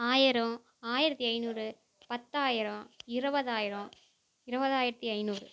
ஆயிரம் ஆயிரத்தி ஐநூறு பத்தாயிரம் இருவதாயிரம் இருபதாயரத்தி ஐநூறு